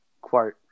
quote